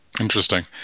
Interesting